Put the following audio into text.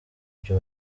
ibyo